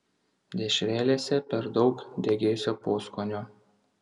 dešrelėse per daug degėsio poskonio